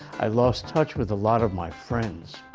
i lost touch with a lot of my friends.